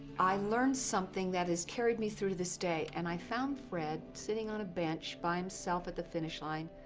i learned something that has carried me through to this day. and i found fred sitting on a bench by himself at the finish line.